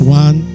one